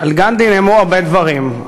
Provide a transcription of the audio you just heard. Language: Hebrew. על גנדי נאמרו הרבה דברים,